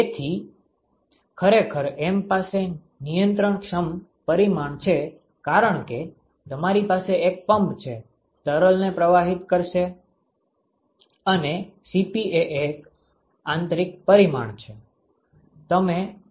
તેથી ખરેખર m પાસે નિયંત્રણક્ષમ પરિમાણ છે કારણ કે તમારી પાસે એક પંપ છે તરલને પ્રવાહિત કરશે અને Cp એ એક આંતરિક પરિમાણ છે